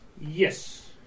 Yes